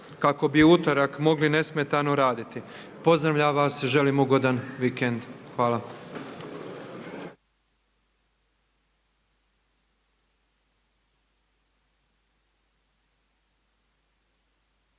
kako bi u utorak mogli nesmetano raditi. Pozdravljam vas i želim ugodan vikend. Hvala.